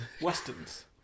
westerns